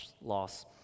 loss